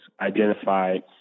identified